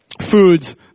foods